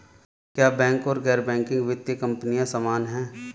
क्या बैंक और गैर बैंकिंग वित्तीय कंपनियां समान हैं?